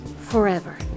forever